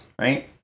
right